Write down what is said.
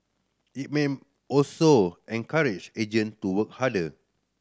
it may also encourage agent to work harder